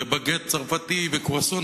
ובגט צרפתי וקרואסון,